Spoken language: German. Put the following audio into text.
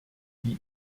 die